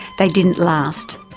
they didn't last.